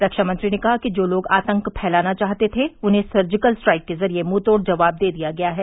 रक्षामंत्री ने कहा कि जो लोग आतंक फैलाना चाहते थे उन्हें सर्णिकल स्ट्राइक के जरिए मुंह तोड़ जवाब दे दिया गया है